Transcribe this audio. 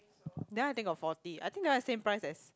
then I think got forty I think that one same price as